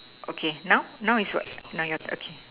okay now now is what now your okay